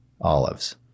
olives